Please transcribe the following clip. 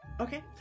okay